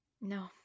No